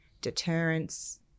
deterrence